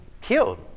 killed